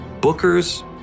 Booker's